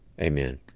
Amen